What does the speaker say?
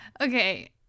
Okay